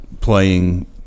playing –